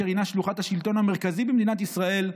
אשר הינה שלוחת השלטון המרכזי במדינת ישראל,